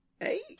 eight